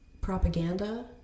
propaganda